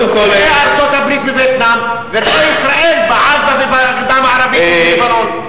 ראה ארצות-הברית ווייטנאם וראה ישראל בעזה ובגדה המערבית ובלבנון.